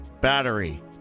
Battery